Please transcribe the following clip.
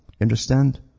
understand